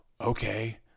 okay